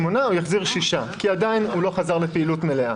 יחזירו שמונה עובדים במקום שישה כי עדיין לא חזרו לפעילות מלאה.